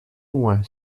loin